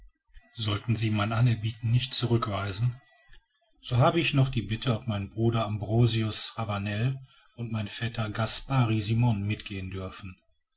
sollten sie mein anerbieten nicht zurück weisen so habe ich noch die bitte ob mein bruder ambroise ravanel und mein vetter gaspari simon mitgehen dürfen